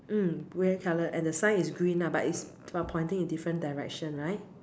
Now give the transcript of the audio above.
mm grey color and the sign is green lah but is but pointing in different Direction right